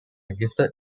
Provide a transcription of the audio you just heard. gifted